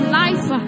life